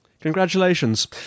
Congratulations